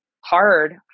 hard